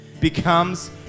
Becomes